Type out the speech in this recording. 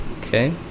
Okay